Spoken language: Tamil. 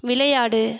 விளையாடு